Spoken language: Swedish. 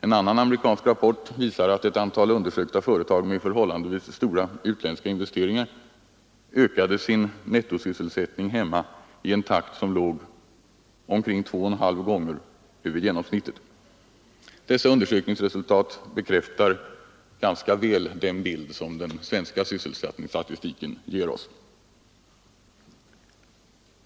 En annan amerikansk rapport visar att ett antal undersökta företag med förhållandevis stora utländska investeringar ökade sin nettosysselsättning hemma i en takt som låg omkring två och en halv gånger över genomsnittet. Dessa undersökningsresultat bekräftar ganska väl den bild som den svenska sysselsättningsstatistiken ger oss.